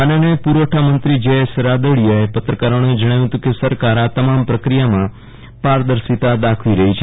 અન્ન પુરવઠા મંત્રી જયેશ રાદડીયાએ પત્રકારોને જણાવ્યું હતું કે સરકાર આ તમામ પ્રક્રિયામાં પારદશિતા દાખવી રહો છે